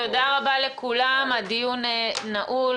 תודה רבה לכולם, הדיון נעול.